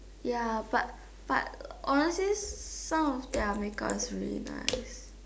ya but but honestly some of their make up is really nice